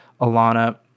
Alana